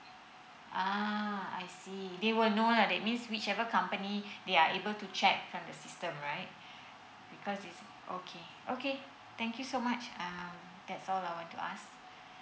ah I see they will know lah that means whichever company they are able to check from the system right because It's okay okay thank you so much um that's all I want to ask